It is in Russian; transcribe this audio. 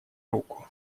руку